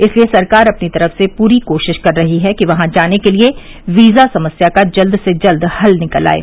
इसलिए सरकार अपनी तरफ से पूरी कोशिश कर रही है कि वहां जाने के लिए वीज़ा समस्या का जल्द से जल्द हल निकल आये